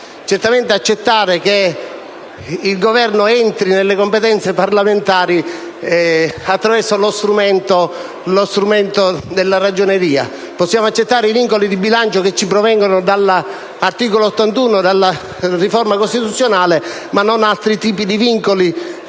certamente accettare il fatto che il Governo entri nelle competenze parlamentari attraverso lo strumento della Ragioneria. Possiamo accettare i vincoli di bilancio che ci provengono dall'articolo 81 della Costituzione, ma non altri tipi di vincoli,